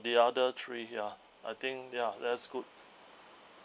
the other three ya I think ya that's good